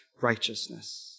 righteousness